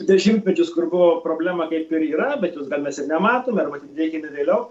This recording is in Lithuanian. dešimtmečius kur buvo problema kaip ir yra bet jos gal mes ir nematome arba atidėkime vėliau